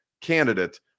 candidate